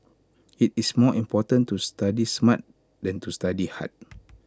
IT is more important to study smart than to study hard